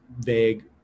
vague